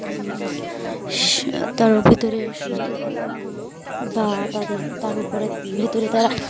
তারও ভেতরে সুস্থ থাকে বা তাদের তার উপরে ভেতরে তারা